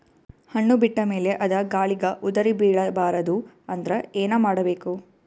ಹಣ್ಣು ಬಿಟ್ಟ ಮೇಲೆ ಅದ ಗಾಳಿಗ ಉದರಿಬೀಳಬಾರದು ಅಂದ್ರ ಏನ ಮಾಡಬೇಕು?